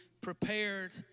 prepared